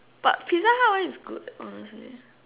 but Pizza-Hut one is good honestly